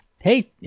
Hey